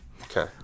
Okay